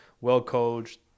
well-coached